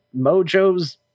Mojo's